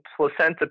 placenta